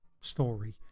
story